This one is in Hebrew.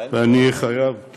אני חייב לומר,